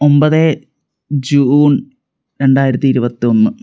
ഒമ്പത് ജൂൺ രണ്ടായിരത്തി ഇരുപത്തൊന്ന്